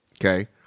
Okay